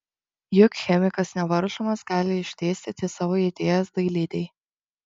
juk chemikas nevaržomas gali išdėstyti savo idėjas dailidei